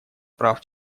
прав